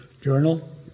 Journal